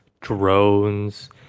drones